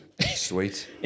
Sweet